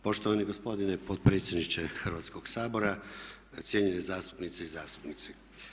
Poštovani gospodine potpredsjedniče Hrvatskog sabora, cijenjeni zastupnice i zastupnici.